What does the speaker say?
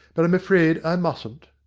but i'm afraid i mustn't.